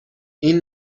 این